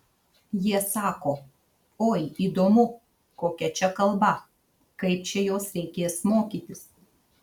jie sako oi įdomu kokia čia kalba kaip čia jos reikės mokytis